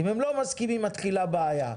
אם הם לא מסכימים מתחילה בעיה,